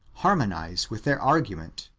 harmonize with their argument.